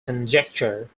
conjecture